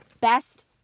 best